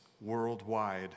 worldwide